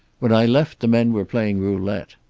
when i left the men were playing roulette.